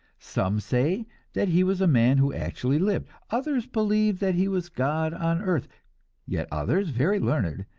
some say that he was a man who actually lived others believe that he was god on earth yet others, very learned,